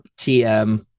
TM